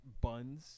buns